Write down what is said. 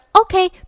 okay